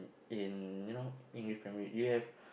in you know English Premier-League you have